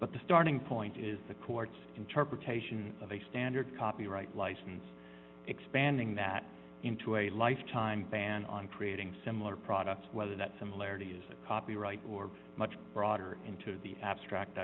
but the starting point is the court's interpretation of a standard copyright license expanding that into a lifetime ban on creating similar products whether that similarity is a copyright or much broader into the abstract